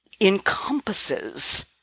encompasses